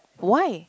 why